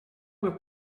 with